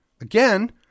again